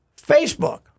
Facebook